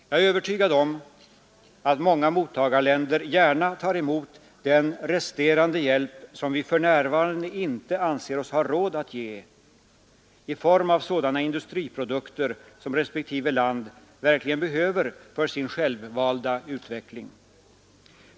Jag är övertygad om att många mottagarländer gärna tar emot den resterande hjälp som vi för närvarande inte anser oss ha råd att ge i form av sådana industriprodukter som respektive land verkligen behöver för sin självvalda utveckling.